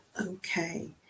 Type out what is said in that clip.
okay